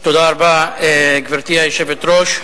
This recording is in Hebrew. גברתי היושבת-ראש,